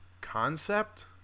Concept